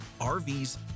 RVs